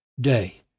day